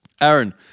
Aaron